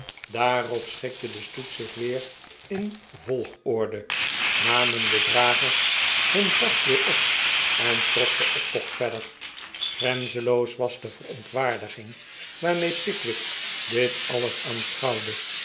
daarop schikte de stoet zich weer in volgorde namen de dragers hun vracht weer op en trok de optocht verder grenzenloos was de verontwaardiging waarmee pickwick dit alles